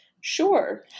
Sure